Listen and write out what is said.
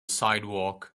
sidewalk